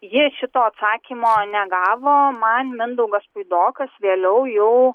ji šito atsakymo negavo man mindaugas puidokas vėliau jau